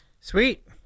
Sweet